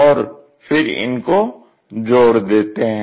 और फिर इनको जोड़ देते हैं